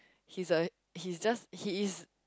he's a he's just he is